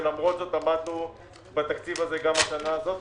ולמרות זאת עמדנו בתקציב הזה גם השנה הזאת,